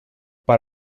per